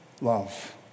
love